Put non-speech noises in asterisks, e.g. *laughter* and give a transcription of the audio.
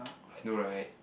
*noise* I know right